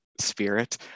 spirit